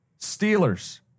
Steelers